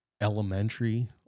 elementary